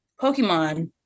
Pokemon